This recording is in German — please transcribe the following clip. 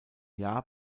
jahr